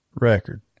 record